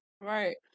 Right